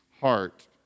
heart